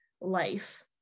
life